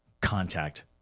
contact